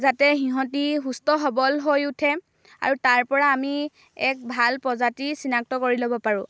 যাতে সিহঁতি সুস্থ সৱল হৈ উঠে আৰু তাৰ পৰা আমি এক ভাল প্ৰজাতি চিনাক্ত কৰি ল'ব পাৰোঁ